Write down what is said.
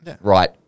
Right